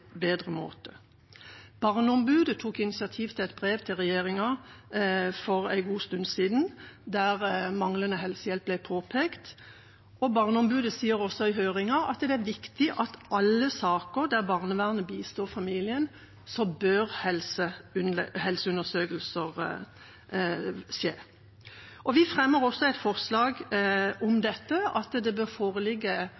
bedre måte. Barneombudet tok for en god stund siden initiativ til et brev til regjeringa, der manglende helsehjelp ble påpekt. Barneombudet sier også i høringen at det er viktig at i alle saker der barnevernet bistår familien, bør helseundersøkelser skje. Vi fremmer også et forslag om